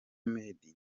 meddie